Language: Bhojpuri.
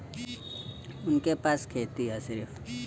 उनके पास खेती हैं सिर्फ